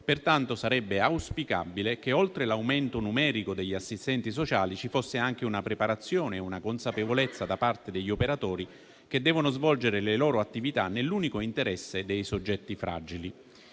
Pertanto, sarebbe auspicabile che, oltre all'aumento numerico degli assistenti sociali, ci fosse anche una preparazione e una consapevolezza da parte degli operatori che devono svolgere le loro attività nell'unico interesse dei soggetti fragili.